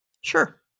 Sure